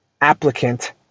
applicant